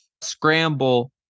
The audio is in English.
scramble